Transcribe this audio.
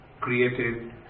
created